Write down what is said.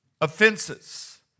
offenses